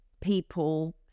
people